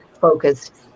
focused